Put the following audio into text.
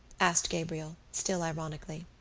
asked gabriel, still ironically.